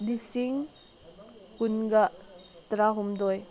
ꯂꯤꯁꯤꯡ ꯀꯨꯟꯒ ꯇꯔꯥ ꯍꯨꯝꯗꯣꯏ